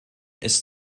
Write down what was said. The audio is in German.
ist